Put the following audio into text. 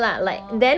orh